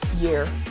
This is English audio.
year